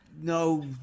no